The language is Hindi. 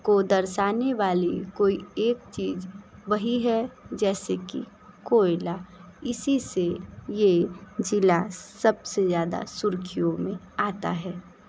को दर्शाने वाली कोई एक चीज़ वही है जैसे कि कोयला इसी से ये ज़िला सबसे ज़्यादा सुर्खियों मे आता है